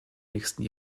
nächsten